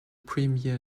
premier